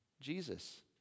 Jesus